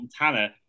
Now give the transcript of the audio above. Montana